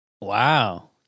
Wow